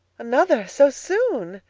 another! so soon!